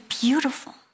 beautiful